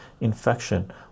infection